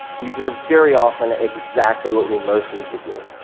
these are very often exactly what we most need to do.